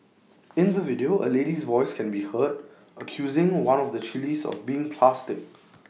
in the video A lady's voice can be heard accusing one of the chillies of being plastic